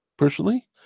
personally